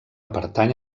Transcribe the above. pertany